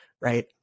right